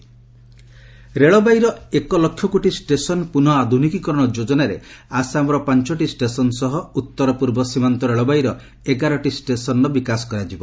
railway ରେଳବାଇର ଏକ lakh crore station ପୁନଃ ଆଧୁନିକୀରଣ ଯୋଜନାରେ ଆସାମର ପାଞ୍ଚଟି ଷ୍ଟେସନ ସହ ଉତ୍ତରପୂର୍ବ ସୀମାନ୍ତ ରେଳବାଇର ଏଗାରଟି ଷ୍ଟେସନରେ ବିକାଶ କରାଯିବ